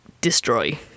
destroy